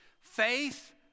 Faith